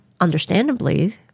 understandably